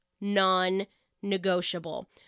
non-negotiable